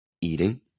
eating